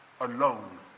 alone